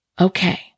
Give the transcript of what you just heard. Okay